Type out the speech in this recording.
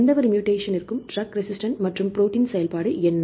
எந்தவொரு மூடேஷன்ற்கும் drug resistant மற்றும் ப்ரோடீன் செயல்பாடு என்ன